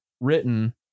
written